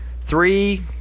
Three